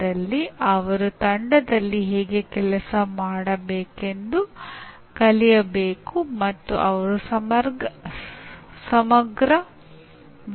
ಈ ರೀತಿಯಾಗಿ ನೀವು ವಿದ್ಯಾರ್ಥಿಗಳಿಗೆ ಉತ್ತಮವಾಗಿ ಕಲಿಯಲು ಮಾರ್ಗದರ್ಶನ ನೀಡಲು ಸಾಧ್ಯವಾಗುತ್ತದೆ